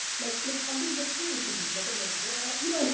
like like, i'm being dead serious with you. like i'd be like, the you know, like